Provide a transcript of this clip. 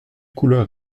couleur